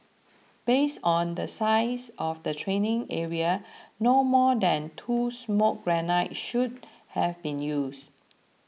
based on the size of the training area no more than two smoke grenades should have been used